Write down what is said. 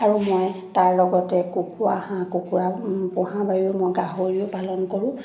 আৰু মই তাৰ লগতে কুকুৰা হাঁহ কুকুৰা পোহাৰ বাহিৰেও মই গাহৰিও পালন কৰোঁ